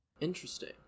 interesting